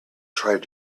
tried